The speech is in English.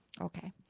okay